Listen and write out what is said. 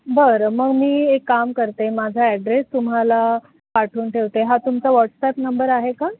बरं मंग मी एक काम करते माझा ॲड्रेस तुम्हाला पाठून ठेवते हा तुमचा व्हॉट्स ॲप नंबर आहे का